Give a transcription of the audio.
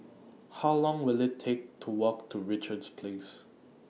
How Long Will IT Take to Walk to Richards Place